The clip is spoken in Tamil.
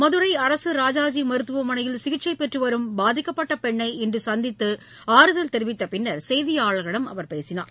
மதுரை அரசு ராஜாஜி மருத்துவமனையில் சிகிச்சை பெற்று வரும் பாதிக்கப்பட்ட பெண்ணை இன்று சந்தித்து ஆறுதல் தெரிவித்த பின்னர் செய்தியாளர்களிடம் அவர் பேசினார்